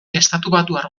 estatubatuar